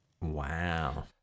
Wow